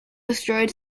destroyed